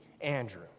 Andrew